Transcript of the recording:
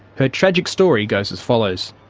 her tragic story goes as follows.